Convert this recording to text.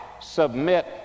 submit